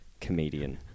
comedian